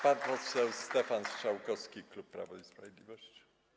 Pan poseł Stefan Strzałkowski, klub Prawo i Sprawiedliwość.